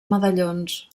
medallons